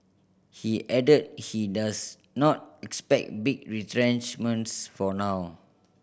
he added he does not expect big retrenchments for now